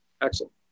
Excellent